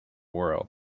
world